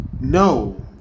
No